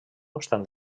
obstant